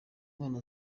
mwana